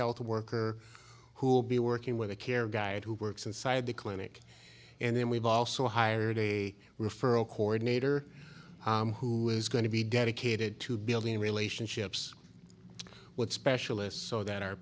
health worker who will be working with a care guide who works inside the clinic and then we've also hired a referral coordinator who is going to be dedicated to building relationships what specialists so that our